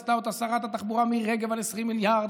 עשתה אותה שרת התחבורה מירי רגב ב-20 מיליארד,